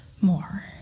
more